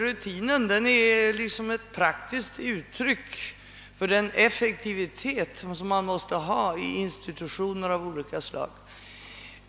Rutinen är ett praktiskt-metodiskt uttryck för den effektivitet som man måste ha i institutioner av olika slag.